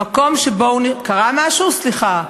במקום שבו, קרה משהו, סליחה?